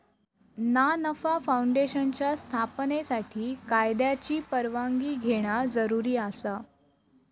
ना नफा फाऊंडेशनच्या स्थापनेसाठी कायद्याची परवानगी घेणा जरुरी आसा